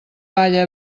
palla